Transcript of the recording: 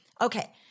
okay